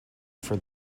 for